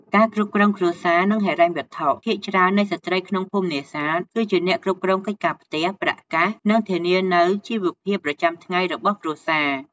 ការគ្រប់គ្រងគ្រួសារ និងហិរញ្ញវត្ថុ ភាគច្រើននៃស្ត្រីក្នុងភូមិនេសាទ គឺជាអ្នកគ្រប់គ្រងកិច្ចការផ្ទះ ប្រាក់កាស និងធានានូវជីវភាពប្រចាំថ្ងៃរបស់គ្រួសារ។